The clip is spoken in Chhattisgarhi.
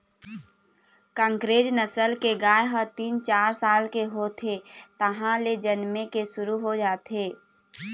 कांकरेज नसल के गाय ह तीन, चार साल के होथे तहाँले जनमे के शुरू हो जाथे